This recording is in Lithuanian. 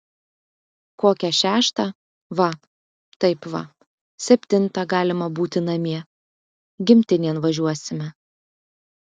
kokią šeštą va taip va septintą galima būti namie gimtinėn važiuosime